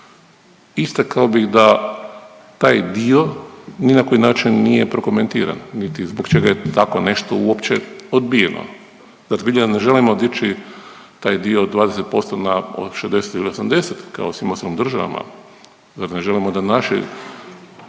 Istakao bih da taj dio ni na koji način nije prokomentiran niti zbog čega je tako nešto uopće odbijeno. Zar zbilja ne želimo dići taj dio od 20% na 60 ili 80 kao u svim ostalim državama? Zar ne želimo da naši